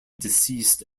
deceased